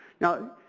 Now